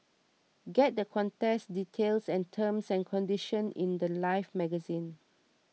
get the contest details and terms and conditions in the Life magazine